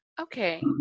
okay